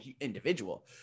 individual